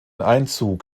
einzug